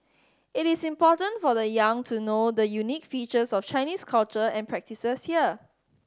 it is important for the young to know the unique features of Chinese culture and the practices here